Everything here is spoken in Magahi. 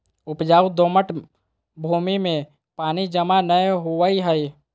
उपजाऊ दोमट भूमि में पानी जमा नै होवई हई